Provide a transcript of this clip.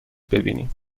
ببینیم